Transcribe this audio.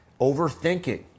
Overthinking